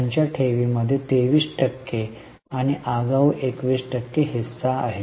ज्याच्या ठेवी मध्ये 23 टक्के आणि आगाऊ 21 टक्के हिस्सा आहे